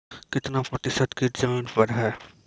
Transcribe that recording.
कितना प्रतिसत कीट जमीन पर हैं?